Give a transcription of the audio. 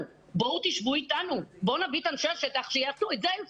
בואו תשבו איתנו, בואו נביא את אנשי השטח שידברו.